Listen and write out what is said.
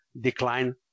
decline